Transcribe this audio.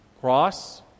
Cross